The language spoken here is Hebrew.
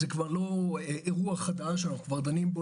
זה כבר לא אירוע חדש אנחנו דנים בו